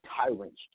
Tyrant's